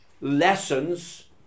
Lessons